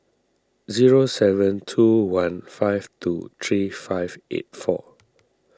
zero seven two one five two three five eight four